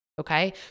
Okay